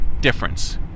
difference